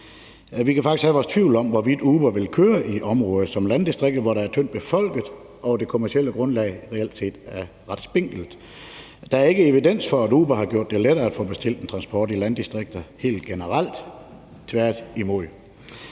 Vi kan faktisk have vores tvivl om, hvorvidt Uber ville køre i områderne i vores landdistrikter, hvor der er tyndt befolket og det kommercielle grundlag reelt set er ret spinkelt. Der er ikke evidens for, at Uber har gjort det lettere at bestille transport i landdistrikter helt generelt – tværtimod.